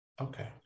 Okay